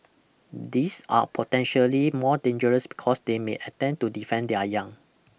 these are potentially more dangerous because they may attempt to defend their young